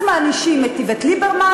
אז מענישים את איווט ליברמן,